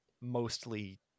mostly